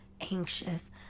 anxious